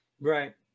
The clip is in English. Right